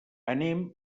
anem